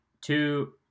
Two